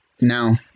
Now